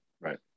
Right